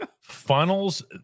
funnels